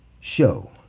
show